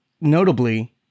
notably